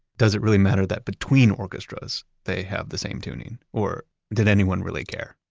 does it really matter that between orchestras they have the same tuning or did anyone really care?